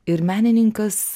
ir menininkas